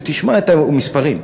ותשמע את המספרים,